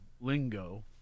lingo